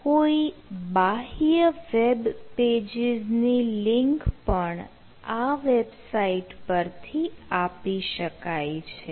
કોઈ બાહ્ય web pages ની લીંક પણ આ વેબસાઈટ પરથી આપી શકાય છે